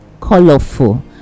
colorful